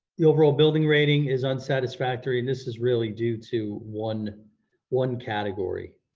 the overall building rating is unsatisfactory and this is really due to one one category.